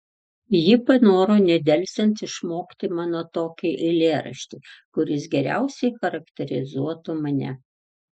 ji panoro nedelsiant išmokti mano tokį eilėraštį kuris geriausiai charakterizuotų mane